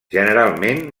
generalment